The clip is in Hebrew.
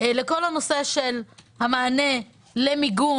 לכל הנושא של המענה למיגון